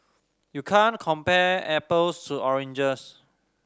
you can't compare apples to oranges